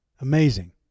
Amazing